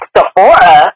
Sephora